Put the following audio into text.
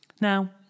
Now